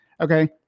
Okay